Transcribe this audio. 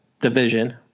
Division